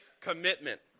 Commitment